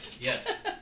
yes